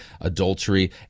adultery